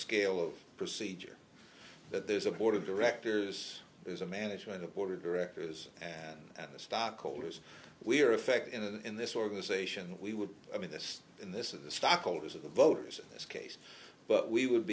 scale of procedure that there's a board of directors there's a management a board of directors and the stockholders we're effect in this organization we would i mean this in this is the stockholders of the voters in this case but we would